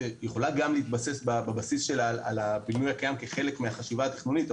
היא יכולה גם להתבסס בבסיס שלה על הבינוי הקיים כחלק מהחשיבה התכנונית,